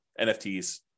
NFTs